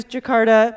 Jakarta